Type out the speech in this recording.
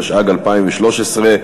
התשע"ג 2013,